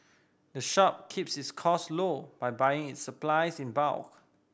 the shop keeps its costs low by buying its supplies in bulk